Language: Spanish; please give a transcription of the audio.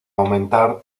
aumentar